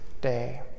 day